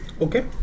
Okay